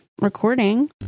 recording